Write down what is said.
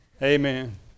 Amen